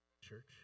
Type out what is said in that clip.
Church